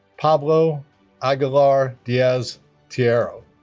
pablo aguilar diaz tejeiro